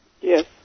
Yes